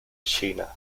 china